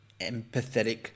empathetic